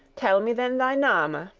tell me then thy name,